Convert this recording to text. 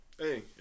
Hey